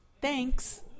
Thanks